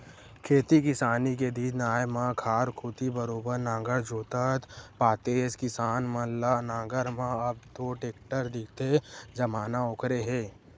खेती किसानी के दिन आय म खार कोती बरोबर नांगर जोतत पातेस किसान मन ल नांगर म अब तो टेक्टर दिखथे जमाना ओखरे हे